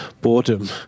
boredom